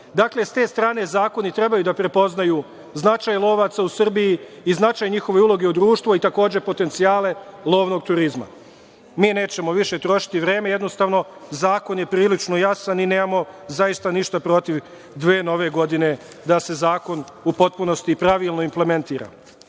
Sa te strane, zakoni trebaju da prepoznaju značaj lovaca u Srbiji i značaj njihove uloge u društvu, a takođe i potencijale lovnog turizma. Mi nećemo više trošiti vreme. Jednostavno, zakon je prilično jasan i nemamo zaista ništa protiv dve nove godine, da se zakon u potpunosti i pravilno implementira.